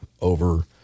over